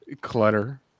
Clutter